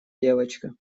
девочка